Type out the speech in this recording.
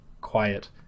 quiet